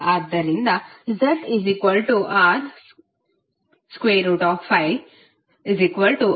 ಆದ್ದರಿಂದ zr∠∅rej∅rcos ∅ jsin ∅